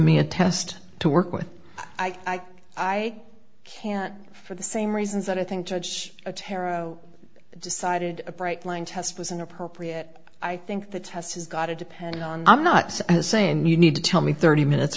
me a test to work with i i can't for the same reasons that i think judge taro decided a bright line test was inappropriate i think the test has got to depend on i'm not saying you need to tell me thirty minutes